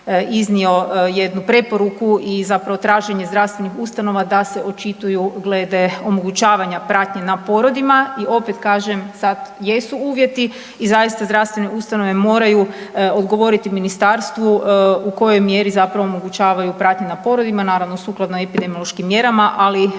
iznio jednu preporuku i zapravo traženje zdravstvenih ustanova da se očituju glede omogućavanja pratnje na porodima i opet kažem sad jesu uvjeti i zaista zdravstvene ustanove moraju odgovoriti ministarstvu kojoj mjeri zapravo omogućavaju pratnje na porodima, naravno sukladno epidemiološkim mjerama, ali